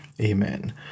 Amen